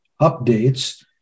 updates